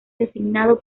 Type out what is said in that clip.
designado